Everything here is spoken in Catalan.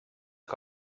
que